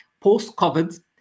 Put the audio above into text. post-COVID